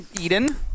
Eden